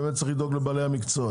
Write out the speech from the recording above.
באמת צריך לדאוג לבעלי המקצוע,